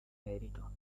merito